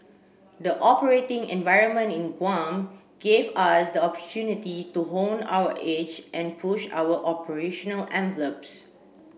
the operating environment in Guam gave us the opportunity to hone our edge and push our operational envelopes